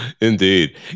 indeed